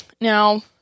Now